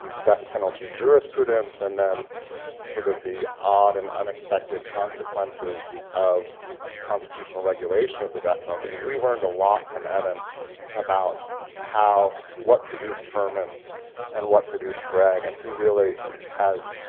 death penalty jurisprudence, and then sort of the odd and unexpected consequences of constitutional regulation of the death penalty, i mean, we learned a lot from evan about what produced furman and what produced gregg. and he really has